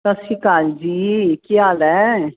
ਸਤਿ ਸ਼੍ਰੀ ਅਕਾਲ ਜੀ ਕੀ ਹਾਲ ਹੈ